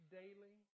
daily